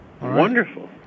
Wonderful